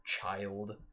child